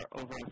over